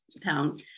town